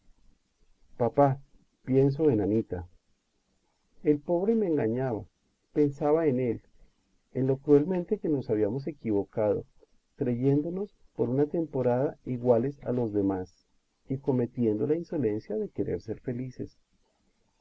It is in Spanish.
papá pienso en anita el pobre me engañaba pensaba en él en lo cruelmente que nos habíamos equivocado creyéndonos por una temporada iguales a los demás y cometiendo la insolencia de querer ser felices